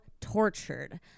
tortured